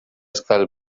skull